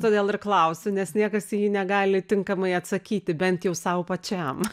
todėl ir klausiu nes niekas į jį negali tinkamai atsakyti bent jau sau pačiam